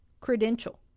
credential